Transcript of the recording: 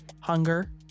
hunger